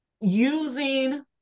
using